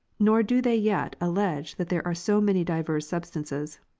nor do they yet allege that there are so many divers substances.